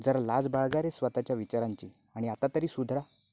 जरा लाज बाळगा रे स्वतःच्या विचारांची आणि आता तरी सुधारा